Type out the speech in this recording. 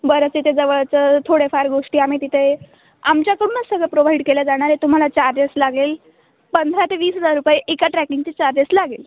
बरं तिथे जवळच थोड्याफार गोष्टी आम्ही तिथे आमच्याकडूनच सगळं प्रोव्हाईड केल्या जाणार आहे तुम्हाला चार्जेस लागेल पंधरा ते वीस हजार रुपये एका ट्रॅकिंगचे चार्जेस लागेल